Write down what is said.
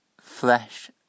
flesh